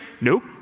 nope